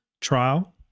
trial